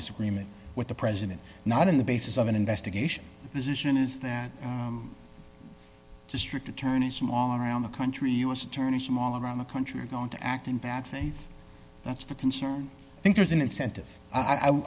disagreement with the president not in the basis of an investigation position is that district attorneys from all around the country u s attorneys from all around the country are going to act in bad faith that's the concern i think there's an incentive